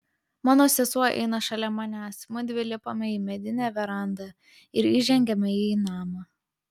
mano sesuo eina šalia manęs mudvi lipame į medinę verandą ir įžengiame į namą